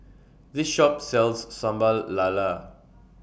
This Shop sells Sambal Lala